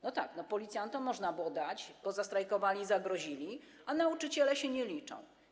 No tak, policjantom można było dać, bo zastrajkowali i zagrozili, a nauczyciele się nie liczą.